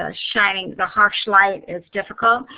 ah shining the harsh light is difficult.